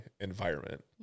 environment